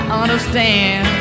understand